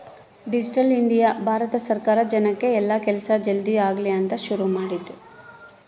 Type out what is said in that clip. digital India Bharat ಸರ್ಕಾರ ಜನಕ್ ಎಲ್ಲ ಕೆಲ್ಸ ಜಲ್ದೀ ಆಗಲಿ ಅಂತ ಶುರು ಮಾಡಿದ್ದು